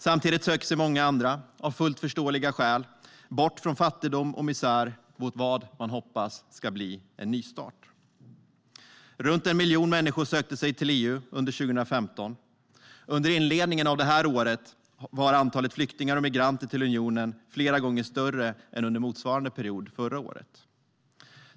Samtidigt söker sig många andra, av fullt förståeliga skäl, bort från fattigdom och misär mot vad man hoppas ska bli en nystart. Runt 1 miljon människor sökte sig till EU under 2015. Under inledningen av det här året var antalet flyktingar och migranter som kom till unionen flera gånger större än under motsvarande period förra året.